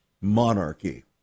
monarchy